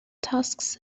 tusks